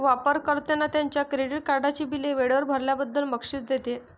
वापर कर्त्यांना त्यांच्या क्रेडिट कार्डची बिले वेळेवर भरल्याबद्दल बक्षीस देते